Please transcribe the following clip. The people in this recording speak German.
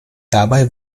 dabei